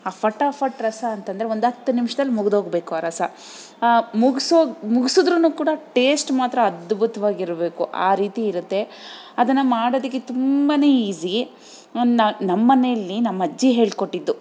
ಆ ಫಟಾಫಟ್ ರಸ ಅಂತಂದರೆ ಒಂದು ಹತ್ತು ನಿಮ್ಷದಲ್ಲಿ ಮುಗಿದೋಗ್ಬೇಕು ಆ ರಸ ಮುಗಿಸೋ ಮುಗ್ಸುದ್ರು ಕೂಡ ಟೇಶ್ಟ್ ಮಾತ್ರ ಅದ್ಭುತವಾಗಿರಬೇಕು ಆ ರೀತಿ ಇರತ್ತೆ ಅದನ್ನು ಮಾಡೋದಕ್ಕೆ ತುಂಬ ಈಸಿ ನಮ್ಮ ಮನೆಲ್ಲಿ ನಮ್ಮ ಅಜ್ಜಿ ಹೇಳಿಕೊಟ್ಟಿದ್ದು